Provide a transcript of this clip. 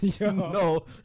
No